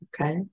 okay